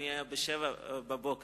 מי היה בשעה 07:00